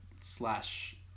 slash